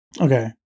okay